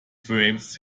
frames